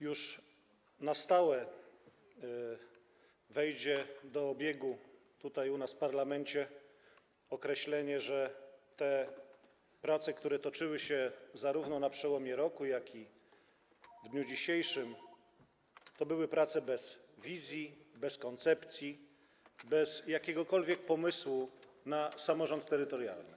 Już na stałe wejdzie do obiegu tutaj, u nas w parlamencie określenie, że prace, które toczyły się zarówno na przełomie roku, jak i w dniu dzisiejszym, to były prace bez wizji, bez koncepcji, bez jakiegokolwiek pomysłu na samorząd terytorialny.